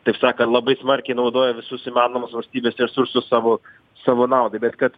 taip sakant labai smarkiai naudoja visus įmanomus valstybės resursus savo savo naudai bet kad